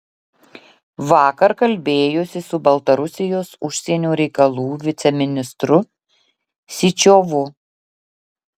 vakar kalbėjosi su baltarusijos užsienio reikalų viceministru syčiovu